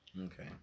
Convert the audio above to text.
Okay